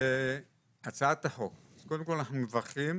להצעת החוק, קודם כל, אנחנו מברכים